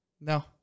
No